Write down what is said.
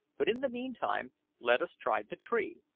but in the meantime let us try the tree.